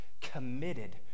committed